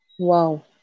Wow